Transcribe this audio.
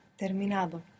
terminado